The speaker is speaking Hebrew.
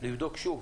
לבדוק שוב